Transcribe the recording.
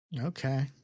Okay